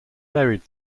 buried